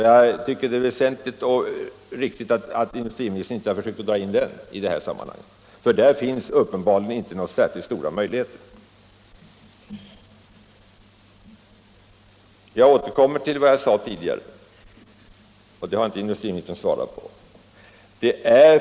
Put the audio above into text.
Jag tycker att det är bra och riktigt att industriministern inte försökt att dra in den i detta sammanhang. Där finns uppenbarligen inte särskilt stora möjligheter. Jag återkommer till något som jag sade tidigare och som industriministern inte svarat på.